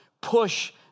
push